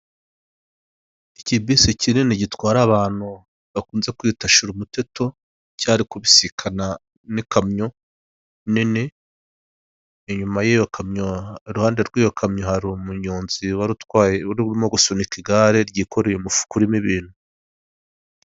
Ikibisi kinini gitwara abantu bakunze kwita shira umuteto cyari kubisikana n'ikamyo nini inyuma y'iyo kamyo iruhande rw'iyo kamyo hari umunyonzi wari utwaye urimo gusunika igare ryikoreye umufuka urimo ibintu.